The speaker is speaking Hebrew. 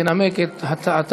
חברת הכנסת זועבי תנמק את הצעתה